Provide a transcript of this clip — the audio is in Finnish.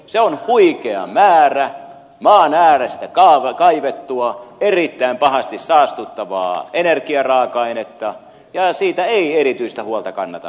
se on huikea määrä maan äärestä kaivettua erittäin pahasti saastuttavaa energiaraaka ainetta ja siitä ei erityisesti huolta kanneta